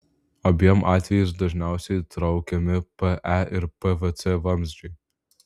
abiem atvejais dažniausiai traukiami pe ir pvc vamzdžiai